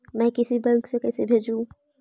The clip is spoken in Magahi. मैं किसी बैंक से कैसे भेजेऊ